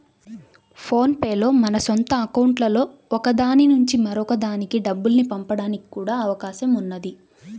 phone pay లో మన సొంత అకౌంట్లలో ఒక దాని నుంచి మరొక దానికి డబ్బుల్ని పంపడానికి కూడా అవకాశం ఉన్నది